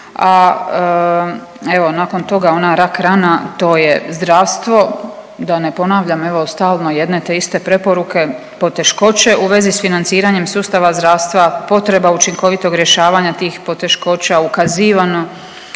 a evo nakon toga ona rak rana to je zdravstvo da ne ponavljam evo stalno jedne te iste preporuke, poteškoće u vezi s financiranjem sustava zdravstva, potreba učinkovitog rješavanja tih poteškoća, ukazivano